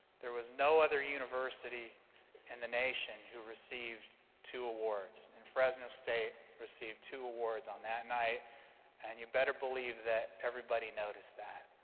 there was no other university in the nation who received two awards, and fresno state received two awards on that night and you better believe that everybody noticed that.